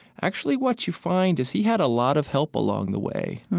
actually what you find is he had a lot of help along the way.